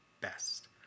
best